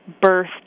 birth